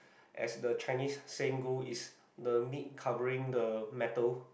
as the Chinese saying go it's the meat covering the metal